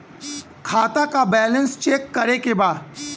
खाता का balance check करे के बा?